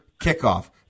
kickoff